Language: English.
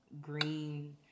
green